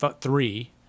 three